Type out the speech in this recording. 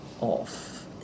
off